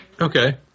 Okay